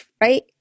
Right